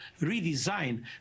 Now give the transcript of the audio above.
redesign